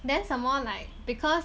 then some more like because